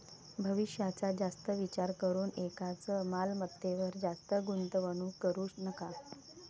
भविष्याचा जास्त विचार करून एकाच मालमत्तेवर जास्त गुंतवणूक करू नका